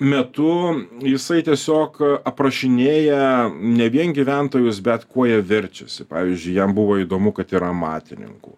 metu jisai tiesiog aprašinėja ne vien gyventojus bet kuo jie verčiasi pavyzdžiui jam buvo įdomu kad ir amatininkų